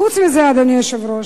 חוץ מזה, אדוני היושב-ראש,